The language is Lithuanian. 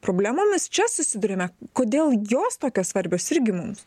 problemomis čia susiduriame kodėl jos tokios svarbios irgi mums